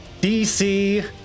DC